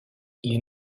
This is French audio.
les